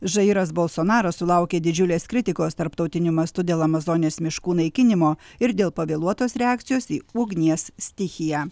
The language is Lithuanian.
žairas bolsonaras sulaukė didžiulės kritikos tarptautiniu mastu dėl amazonės miškų naikinimo ir dėl pavėluotos reakcijos į ugnies stichiją